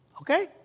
Okay